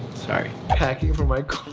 sorry. packing for like